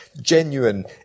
genuine